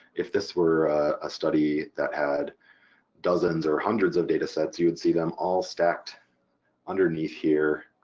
if this were a study that had dozens or hundreds of datasets you would see them all stacked underneath here